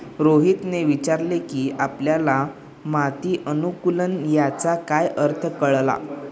रोहितने विचारले की आपल्याला माती अनुकुलन याचा काय अर्थ कळला?